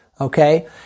Okay